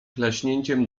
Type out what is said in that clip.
klaśnięciem